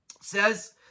says